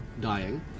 dying